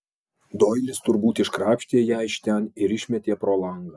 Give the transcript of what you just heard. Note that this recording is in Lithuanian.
doilis turbūt iškrapštė ją iš ten ir išmetė pro langą